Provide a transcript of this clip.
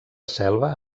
selva